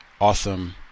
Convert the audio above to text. awesome